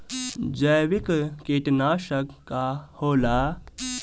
जैविक कीटनाशक का होला?